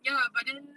ya lah but then